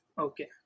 okay